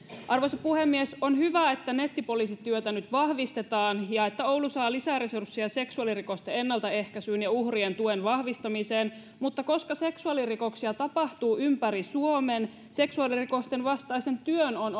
arvoisa puhemies on hyvä että nettipoliisityötä nyt vahvistetaan ja että oulu saa lisäresursseja seksuaalirikosten ennaltaehkäisyyn ja uhrien tuen vahvistamiseen mutta koska seksuaalirikoksia tapahtuu ympäri suomen seksuaalirikosten vastaisen työn on